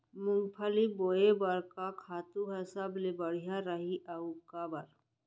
मूंगफली बोए बर का खातू ह सबले बढ़िया रही, अऊ काबर?